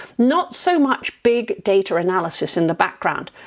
not so much big data analysis in the background.